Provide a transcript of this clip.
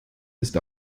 ist